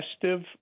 festive